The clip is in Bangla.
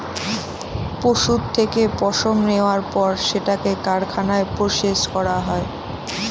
পশুর থেকে পশম নেওয়ার পর সেটাকে কারখানায় প্রসেস করা হয়